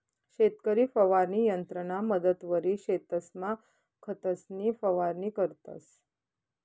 शेतकरी फवारणी यंत्रना मदतवरी शेतसमा खतंसनी फवारणी करतंस